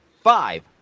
Five